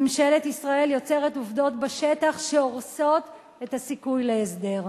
ממשלת ישראל יוצרת עובדות בשטח שהורסות את הסיכוי להסדר.